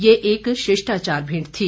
ये एक शिष्टाचार भेंट थी